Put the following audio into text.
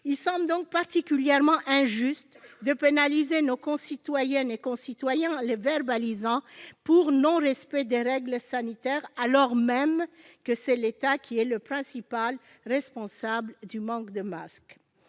Il semble donc particulièrement injuste de pénaliser nos concitoyennes et concitoyens en les verbalisant pour non-respect des règles sanitaires, alors même que c'est l'État qui est le principal responsable du manque de masques.